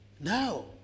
no